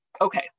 okay